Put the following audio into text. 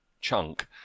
chunk